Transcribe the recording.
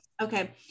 Okay